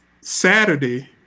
Saturday